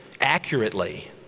accurately